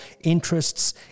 interests